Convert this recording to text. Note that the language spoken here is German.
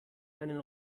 einen